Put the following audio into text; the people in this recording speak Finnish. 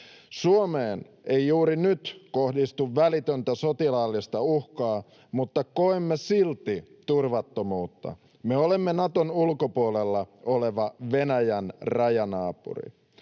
Suomeen ei juuri nyt kohdistu välitöntä sotilaallista uhkaa, mutta koemme silti turvattomuutta. Me olemme Naton ulkopuolella oleva Venäjän rajanaapuri.